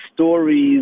stories